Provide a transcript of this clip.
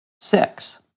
Six